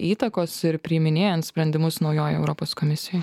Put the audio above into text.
įtakos ir priiminėjant sprendimus naujoj europos komisijoj